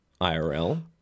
IRL